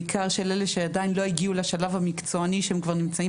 בעיקר של אלה שעדיין לא הגיעו לשלב המקצועי שהם כבר נמצאים